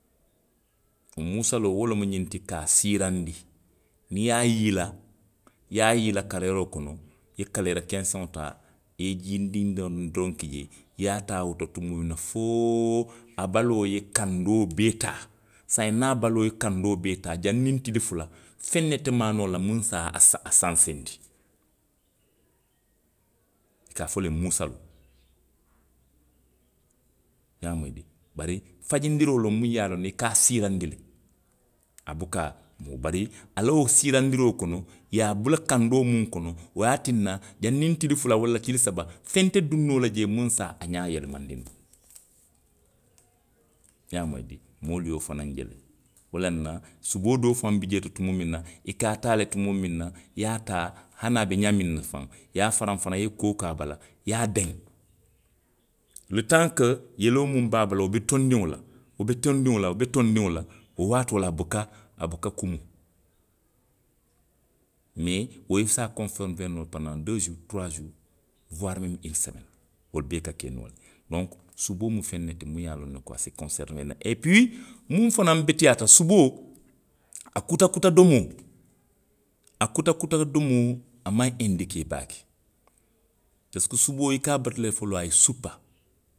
Muusaloo wo lemu ňiŋ ti, ka a siirandi. Niŋ i ye a yiila; i ye a yiila kaleeroo kono. i ye kaleera kenseŋo taa, i ye jiindiŋ dow, doroŋ ki jee. i ye a taa wo to tumoo miŋ na fo a baloo ye kandoo bee taa. saayiŋ niŋ a baloo ye kandoo bee taa, janniŋ tili fula, feŋ ne te maa noo la muw se a saŋ, sanseendi. I ka a fo wo le ye muusaloo. I ye a moyi dii. Bari, fajindiroo loŋ muŋ ye a loŋ ne i ka a siirandi le. A buka moo, bari a la wo siirandiroo kono, i ye a bula kandoo muŋ kono. wo ye a tinna, janniŋ tili fula, walla tili saba, feŋ te duŋ noo la jee muŋ se a ňaa yelemandi noo. I ye a moyi dii, moolu ye wo fanaŋ je le. Wolaŋ na suboo doo faŋo bi jee to tumoo miŋ na, i ka a taa le tumoo miŋ na, i ye a taa hani abe ňamiŋ na faŋ, i ye a faraŋ faraŋ, i ye koo ke a bala, i ye a deŋ. Lo tanko yeloo muŋ be a bala, wo tondiŋo la, wo be tondiŋo la, wo be tondiŋo la, wo waatoo la a buka, a buka kumu. Mee, wo i se a konsomee noo pandaŋ doo suuri, turuwaa suuri, uwaari memu ini someeni. Wolu bee ka ke noo le. Donku, suboo mu feŋ ne ti muŋ ye a loŋ ne ko a se konseriwee noo, epuwii. muŋ fanaŋ beteyaata, suboo, a kuta kuta domoo, a kuta kuta domoo, a maŋ endikee baa ke. Parisiko suboo i ka a batu lefoloo aye suppa